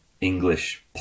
English